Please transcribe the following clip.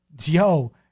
yo